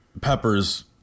peppers